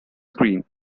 screen